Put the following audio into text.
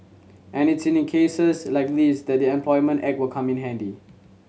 and it's in cases like this that the Employment Act will come in handy